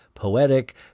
poetic